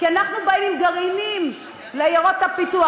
כי אנחנו באים עם גרעינים לעיירות הפיתוח.